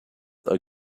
are